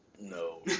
no